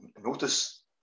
notice